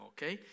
Okay